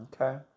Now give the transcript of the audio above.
Okay